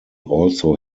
also